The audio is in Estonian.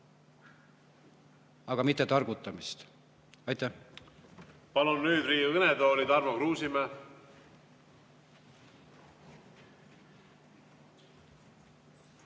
vaja, mitte targutamist. Aitäh! Palun nüüd Riigikogu kõnetooli Tarmo Kruusimäe.